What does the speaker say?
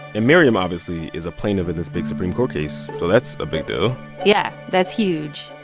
and miriam obviously is a plaintiff in this big supreme court case, so that's a big deal yeah, that's huge.